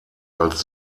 als